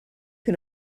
can